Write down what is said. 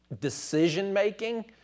decision-making